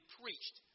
preached